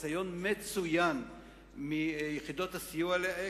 ניסיון מצוין מיחידות הסיוע האלה,